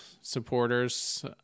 supporters